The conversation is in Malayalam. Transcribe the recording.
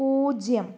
പൂജ്യം